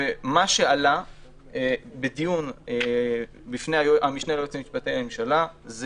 ומה שעלה בדיון בפני המשנה ליועץ המשפטי לממשלה זה